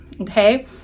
Okay